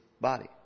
body